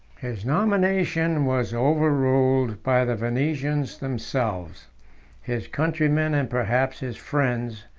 his nomination was overruled by the venetians themselves his countrymen, and perhaps his friends,